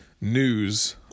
news